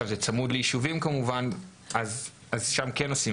זה צמוד ליישובים ושם כן עושים,